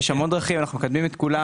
יש המון דרכים, אנחנו מקדמים את כולן.